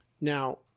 Now